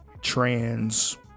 trans